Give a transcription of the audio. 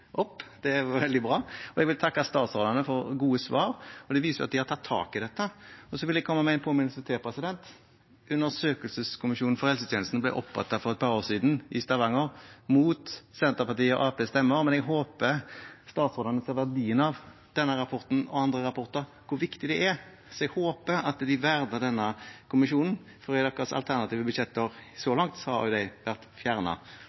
det er veldig bra. Jeg vil takke statsrådene for gode svar. Det viser at de har tatt tak i dette. Så vil jeg komme med en påminnelse til. Statens undersøkelseskommisjonen for helse- og omsorgstjenesten ble opprettet for et par år siden i Stavanger, mot Senterpartiets og Arbeiderpartiets stemmer, men jeg håper statsrådene ser verdien av denne rapporten og andre rapporter og hvor viktig det er. Jeg håper at de ser verdien av denne kommisjonen. I deres alternative budsjetter har den så langt vært